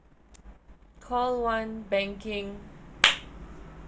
call one banking